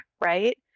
right